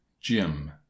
jim